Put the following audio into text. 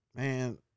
Man